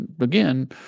again